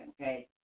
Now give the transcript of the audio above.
okay